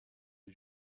est